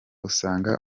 usanga